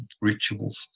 rituals